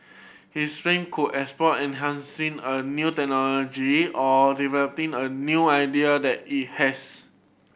his firm could explore enhancing a new technology or developing a new idea that it has